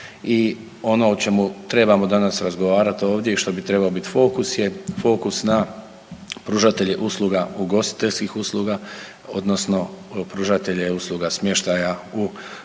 i ono o čemu trebamo danas razgovarati ovdje i što bi trebao biti fokus je fokus na pružatelje usluga, ugostiteljskih usluga odnosno pružatelje usluga smještaja u, kao